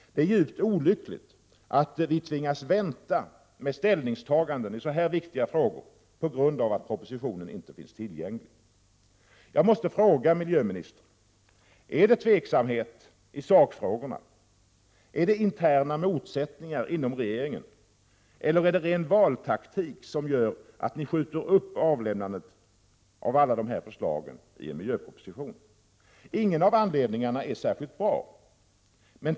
Det är djupt olyckligt att vi tvingas vänta med ställningstaganden i så här viktiga frågor på grund av att propositionen inte finns tillgänglig. Jag måste fråga miljöministern: Är det tveksamhet i sakfrågorna, är det interna motsättningar inom regeringen eller är det ren valtaktik som gör att ni skjuter upp avlämnandet av alla förslagen i en miljöproposition? Ingen av anledningarna är särskilt bra.